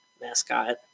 Mascot